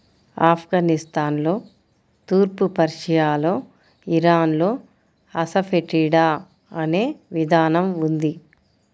ఆఫ్ఘనిస్తాన్లో, తూర్పు పర్షియాలో, ఇరాన్లో అసఫెటిడా అనే విధానం ఉంది